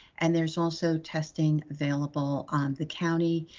and there's also testing available um the county,